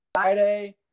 Friday